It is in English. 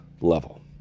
level